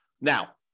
Now